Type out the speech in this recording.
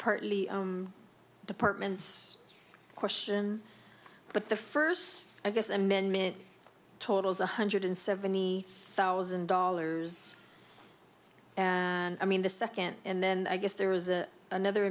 partly department's question but the first i guess amendment totals one hundred seventy thousand dollars and i mean the second and then i guess there was another